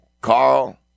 Carl